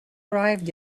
arrived